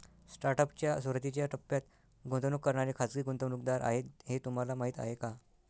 Startup च्या सुरुवातीच्या टप्प्यात गुंतवणूक करणारे खाजगी गुंतवणूकदार आहेत हे तुम्हाला माहीत आहे का?